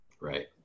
Right